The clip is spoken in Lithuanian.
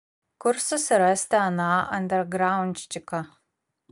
kur susirasti aną andergraundčiką